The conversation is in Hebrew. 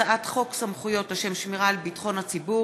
הצעת חוק סמכויות לשם שמירה על ביטחון הציבור